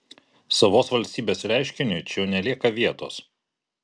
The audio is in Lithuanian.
savos valstybės reiškiniui čia jau nelieka vietos